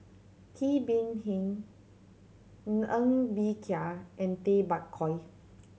Kee Bee Khim Ng Bee Kia and Tay Bak Koi